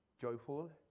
joyful